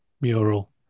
mural